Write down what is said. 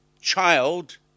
child